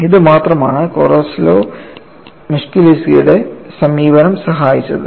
ഇവിടെ മാത്രമാണ് കൊളോസോവ് മസ്കെലിഷ്വിലിയുടെ സമീപനം സഹായിച്ചത്